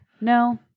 No